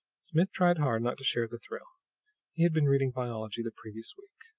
smith tried hard not to share the thrill. he had been reading biology the previous week.